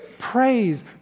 praise